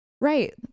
right